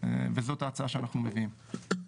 וזאת ההצעה שאנחנו מביאים.